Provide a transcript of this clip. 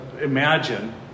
imagine